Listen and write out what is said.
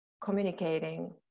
communicating